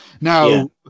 Now